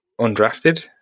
undrafted